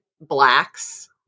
blacks